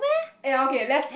eh ya okay let's